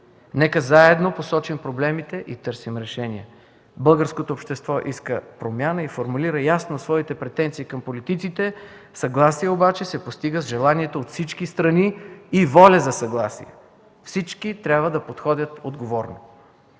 Нека заедно посочим проблемите и търсим решения. Българското общество иска промяна и формулира ясно своите претенции към политиците, съгласие обаче се постига с желание от всички страни и воля за съгласие. Всички трябва да подходят отговорно.